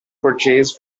purchase